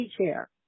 chair